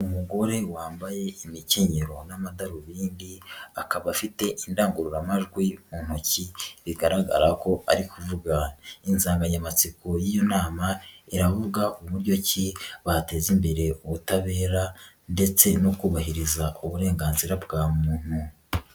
Umugore wambaye imikenyero n'amadarubindi, akaba afite indangururamajwi mu ntoki bigaragara ko ari kuvuga insanganyamatsiko y'iyo nama iravuga uburyo ki bateza imbere ubutabera ndetse no kubahiriza uburenganzira bwa muntu.